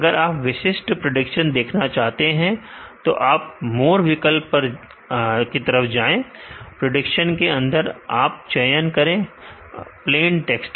अगर आप विशिष्ट प्रेडिक्शन देखना चाहते हैं तो आप मोर विकल्प की तरफ जाएं प्रेडिक्शन के अंदर आप चयन करें प्लेन टेक्स्ट